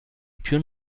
più